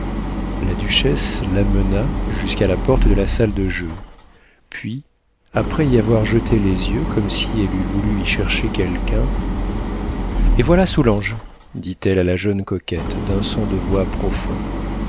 la duchesse l'amena jusqu'à la porte de la salle de jeu puis après y avoir jeté les yeux comme si elle eût voulu y chercher quelqu'un et voilà soulanges dit-elle à la jeune coquette d'un son de voix profond